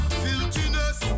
filthiness